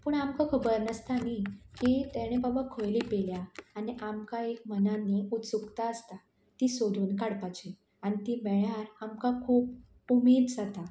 पूण आमकां खबर नासता न्ही की तेणें बाबा खंय लिपयल्या आनी आमकां एक मनान न्ही एक उत्सुकता आसता ती सोदून काडपाची आनी ती मेळ्ळ्यार आमकां खूब उमेद जाता